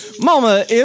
Mama